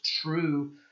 true